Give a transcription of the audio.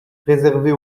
réservée